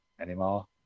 anymore